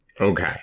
Okay